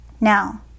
Now